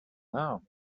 now